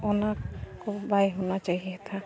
ᱚᱱᱟ ᱠᱚ ᱵᱟᱭ ᱦᱩᱱᱟ ᱪᱟᱦᱤᱭᱮᱛᱷᱟ